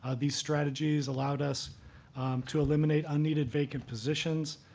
ah these strategies allowed us to eliminate unneeded vacant positions,